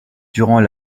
durant